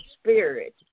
spirit